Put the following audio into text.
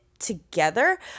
together